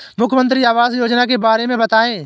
मुख्यमंत्री आवास योजना के बारे में बताए?